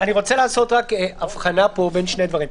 אני רוצה לעשות פה הבחנה בין שני דברים.